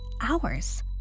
hours